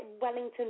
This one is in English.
wellington